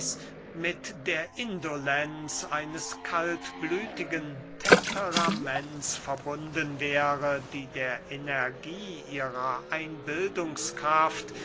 mit der indolenz eines kaltblütigen temperaments verbunden wäre die der energie ihrer